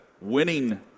Winning